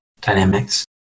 dynamics